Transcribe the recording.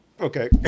okay